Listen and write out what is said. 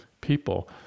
people